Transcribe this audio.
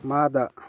ꯃꯥꯗ